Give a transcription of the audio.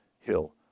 hill